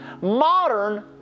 Modern